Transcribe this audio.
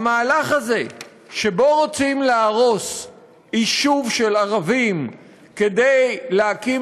המהלך הזה שבו רוצים להרוס יישוב של ערבים כדי להקים